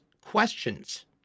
questions